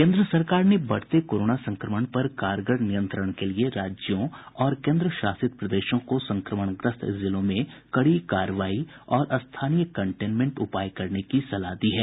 केंद्र सरकार ने बढ़ते कोरोना संक्रमण पर कारगर नियंत्रण के लिए राज्यों और केंद्र शासित प्रदेशों को संक्रमण ग्रस्त जिलों में कड़ी कार्रवाई और स्थानीय कंटेनमेंट उपाय करने की सलाह दी है